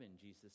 Jesus